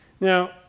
Now